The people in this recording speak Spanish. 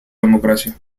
democracia